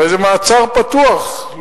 הרי זה מעצר פתוח,